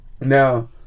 Now